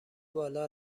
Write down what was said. بالا